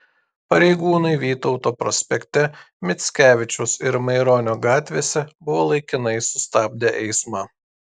pareigūnai vytauto prospekte mickevičiaus ir maironio gatvėse buvo laikinai sustabdę eismą